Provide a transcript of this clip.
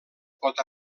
pot